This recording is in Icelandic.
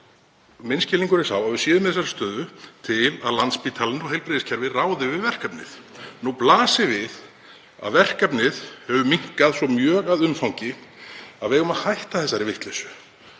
Samspil.) að við séum í þessari stöðu til að Landspítalinn og heilbrigðiskerfið ráði við verkefnið. Nú blasir við að verkefnið hefur minnkað svo mjög að umfangi að við eigum að hætta þessari vitleysu.